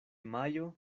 majo